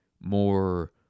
more